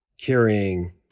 carrying